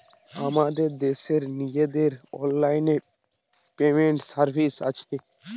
আমাদের দেশের নিজেদের অনলাইন পেমেন্ট সার্ভিস আছে